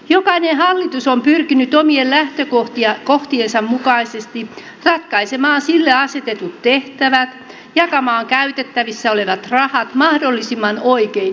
jokainen hallitus on pyrkinyt omien lähtökohtiensa mukaisesti ratkaisemaan sille asetetut tehtävät jakamaan käytettävissä olevat rahat mahdollisimman oikein ja oikeudenmukaisesti